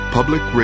Public